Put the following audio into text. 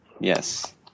Yes